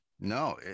no